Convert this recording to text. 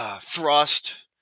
thrust